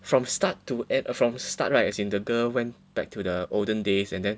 from start to end from start right as in the girl went back to the olden days and then